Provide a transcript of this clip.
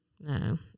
no